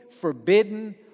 forbidden